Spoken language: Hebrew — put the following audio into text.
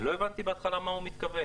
לא הבנתי בהתחלה למה הוא מתכוון.